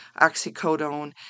oxycodone